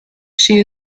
she